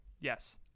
Yes